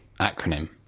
acronym